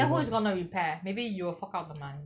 then who is gonna repair maybe you will fork out the money